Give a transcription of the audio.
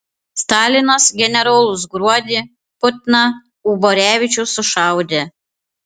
stalinas generolus gruodį putną uborevičių sušaudė